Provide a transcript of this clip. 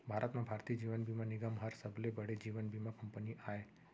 भारत म भारतीय जीवन बीमा निगम हर सबले बड़े जीवन बीमा कंपनी आय